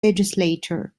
legislature